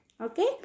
okay